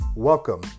Welcome